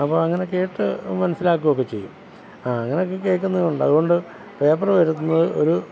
അപ്പം അങ്ങനെ കേട്ടു മനസ്സിലാക്കുകയൊക്കെ ചെയ്യും അങ്ങനെയൊക്കെ കേൾക്കുന്നതുകൊണ്ട് അതുകൊണ്ട് പേപ്പറ് വരുത്തുന്നത് ഒരു